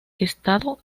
estado